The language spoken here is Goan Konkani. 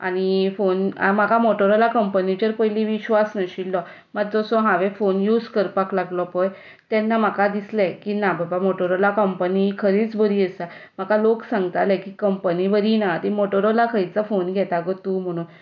आनी फोन म्हाका मोटोरोला कंपनीचेर पयलीं विश्वास नाशिल्लो मातसो सो हांवें फोन यूज करपाक लागलो पळय तेन्ना म्हाका दिसलें की ना बाबा मोटोरोला कंपनी ही खरीच बरी आसा म्हाका लोक सांगताले की कंपनी बरी ना ती मोटोरोला खंयचो फोन घेता गो तूं म्हणून